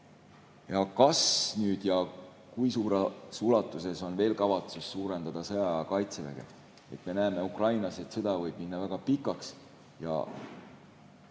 Kas või kui suures ulatuses on veel kavatsus suurendada sõjaaja kaitseväge? Me näeme Ukrainas, et sõda võib minna väga pikaks,